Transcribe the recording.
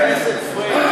חבר הכנסת פריג',